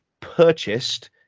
purchased